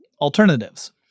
alternatives